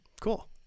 Cool